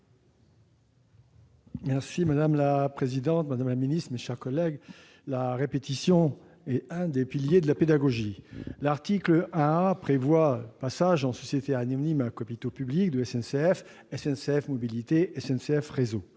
Madame la présidente, madame la ministre, mes chers collègues, la répétition est l'un des piliers de la pédagogie. L'article 1 A prévoit le passage en société anonyme à capitaux publics de SNCF, SNCF Mobilités et SNCF Réseau.